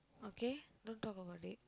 okay don't talk about it